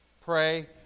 pray